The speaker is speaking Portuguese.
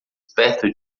perto